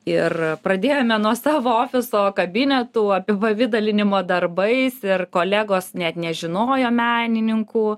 ir pradėjome nuo savo ofiso kabinetų apipavidalinimo darbais ir kolegos net nežinojo menininkų